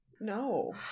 No